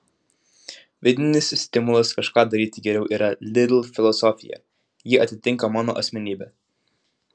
vidinis stimulas kažką daryti geriau yra lidl filosofija ji atitinka mano asmenybę